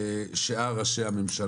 אין דמוקרטיה בלי אופוזיציה.